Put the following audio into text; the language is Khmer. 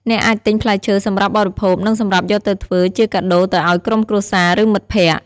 អ្នកអាចទិញផ្លែឈើសម្រាប់បរិភោគនិងសម្រាប់យកទៅធ្វើជាកាដូទៅឱ្យក្រុមគ្រួសារឬមិត្តភក្តិ។